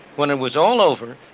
when it was all over,